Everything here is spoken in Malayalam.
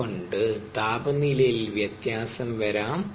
അതുകൊണ്ട് താപനില യിൽ വ്യത്യാസം വരാം